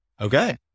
Okay